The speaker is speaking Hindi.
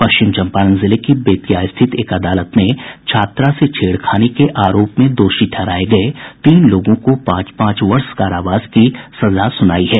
पश्चिम चम्पारण जिले की बेतिया स्थित एक अदालत ने छात्रा से छेड़खानी के आरोप में दोषी ठहराये गये तीन लोगों को पांच पांच वर्ष कारावास की सजा सुनाई है